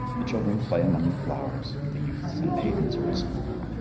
the children play among the flowers. the youths and maidens are at school.